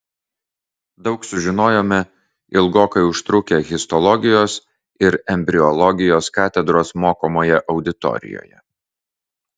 daug sužinojome ilgokai užtrukę histologijos ir embriologijos katedros mokomoje auditorijoje